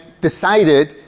decided